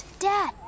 Dad